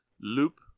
loop